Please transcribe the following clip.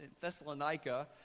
Thessalonica